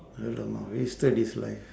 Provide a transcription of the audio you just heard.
alamak wasted his life